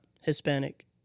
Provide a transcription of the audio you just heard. Hispanic